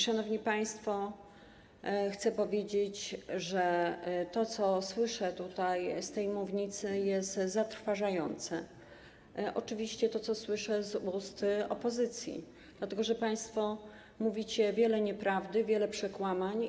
Szanowni państwo, chcę powiedzieć, że to, co słyszę tutaj z tej mównicy, jest zatrważające, oczywiście to, co słyszę z ust opozycji, dlatego że w tym, co państwo mówicie, jest wiele nieprawdy, wiele przekłamań.